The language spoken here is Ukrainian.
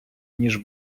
ніж